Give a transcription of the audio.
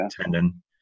tendon